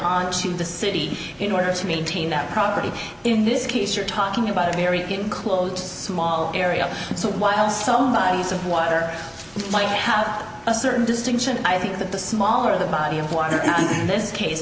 on to the city in order to maintain that property in this case you're talking about a very enclosed small area so while somebody said why there might have a certain distinction i think that the smaller the body of water